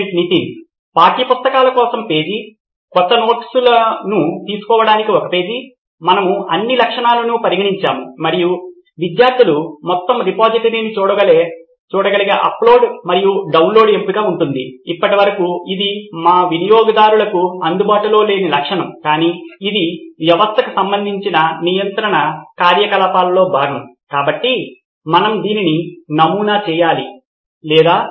student Nitin పాఠ్యపుస్తకాల కోసం page క్రొత్త నోట్స్ను తీసుకోవటానికి ఒక పేజీ మనము అన్ని లక్షణాలను పరిగణించాము మరియు విద్యార్థులు మొత్తం రిపోజిటరీని చూడగలిగే అప్లోడ్ మరియు డౌన్లోడ్ ఎంపిక ఉంటుంది ఇప్పటివరకు ఇది మా వినియోగదారులకు అందుబాటులో లేని లక్షణం కానీ ఇది వ్యవస్థకు సంబంధించిన నియంత్రణ కార్యకలాపాల్లో భాగం కాబట్టి మనం దీనిని నమూనా చేయాలి లేదా